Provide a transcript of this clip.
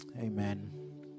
Amen